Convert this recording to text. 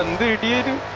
thirty eight and